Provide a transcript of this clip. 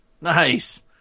Nice